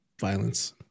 violence